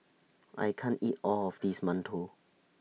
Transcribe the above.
I can't eat All of This mantou